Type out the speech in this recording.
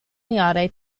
meade